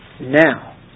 Now